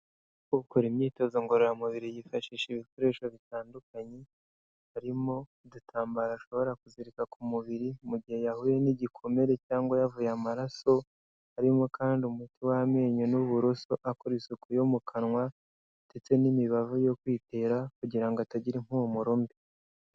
Ukora imyitozo ngororamubiri yifashisha ibikoresho bitandukanye, harimo udutambaro ashobora kuzirika ku mubiri mu gihe yahuye n'igikomere, cyangwa yavuye amaraso, harimo kandi umuti w'amenyo n'uburoso akora isuku yo mu kanwa, ndetse n'imibavu yo kwitera, kugira ngo atagira impumuro mbi.